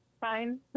Fine